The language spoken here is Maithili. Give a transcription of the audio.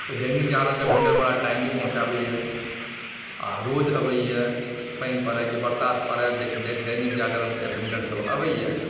तऽ दैनिक जागरणके वेन्डर बड़ा टाइमली पहुँचाबैत यऽ आओर रोज अबैए पानि पड़ै कि बरसात पड़ै दैनिक जागरणके वेन्डर सब अबैए